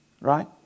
right